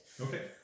Okay